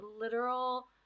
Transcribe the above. literal